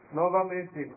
novamente